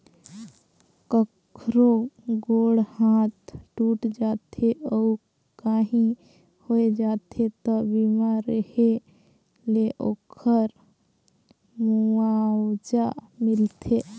कखरो गोड़ हाथ टूट जाथे अउ काही होय जाथे त बीमा रेहे ले ओखर मुआवजा मिलथे